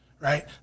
right